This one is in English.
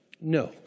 No